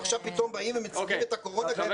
ועכשיו פתאום באים ומציגים את הקורונה כתירוץ?